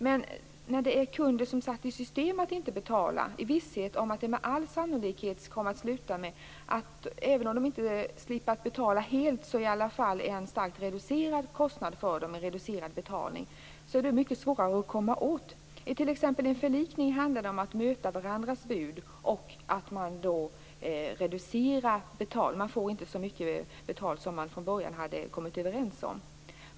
Men när det gäller kunder som satt i system att inte betala i visshet om att det med all sannolikhet kommer att sluta med att de, även om de inte slipper betala helt i alla fall kommer undan med en starkt reducerad betalning, är det mycket svårare att komma åt det här. I t.ex. en förlikning handlar det om att möta varandras bud och att man då reducerar betalningen. Man får inte så mycket betalt som man från början kommit överens om.